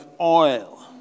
oil